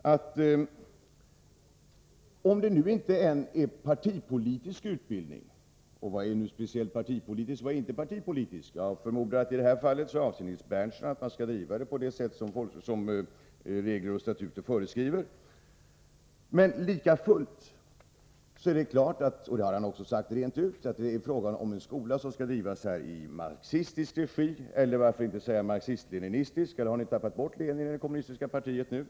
Jag förmodar att Nils Berndtson avser att man skall driva skolan på det sätt som regler och statuter föreskriver. Och även om det inte är partipolitisk utbildning — vad är förresten partipolitisk utbildning och vad är det inte — är det ändå fråga om en skola som skall drivas i marxistisk regi eller varför inte marxist-leninistisk! Eller har ni tappat bort Lenin i det kommunistiska partiet?